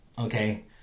Okay